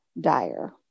dire